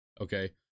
Okay